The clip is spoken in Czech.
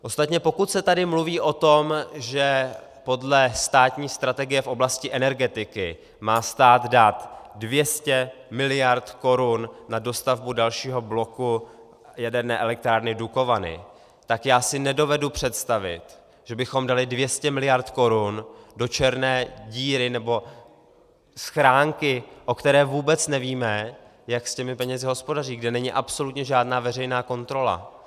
Ostatně pokud se tady mluví o tom, že podle státní strategie v oblasti energetiky má stát dát 200 miliard korun na dostavbu dalšího bloku jaderné elektrárny Dukovany, tak já si nedovedu představit, že bychom dali 200 miliard korun do černé díry nebo schránky, o které vůbec nevíme, jak s těmi penězi hospodaří, kde není absolutně žádná veřejná kontrola.